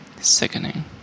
sickening